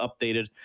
updated